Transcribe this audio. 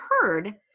heard